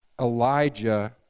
Elijah